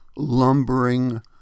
lumbering